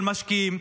של משקיעים,